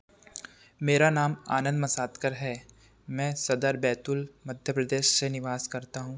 मेरा नाम आनंद मसादकर है मैं सदर बैतूल मध्यप्रदेश से निवास करता हूँ